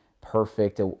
perfect